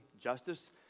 justice